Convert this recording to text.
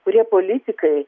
kurie politikai